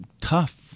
tough